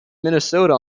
minnesota